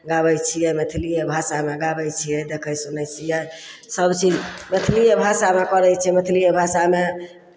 गाबै छियै मैथिलिए भाषामे गाबै छियै देखै सुनै छियै सभचीज मैथलिए भाषामे करै छियै मैथिलिए भाषामे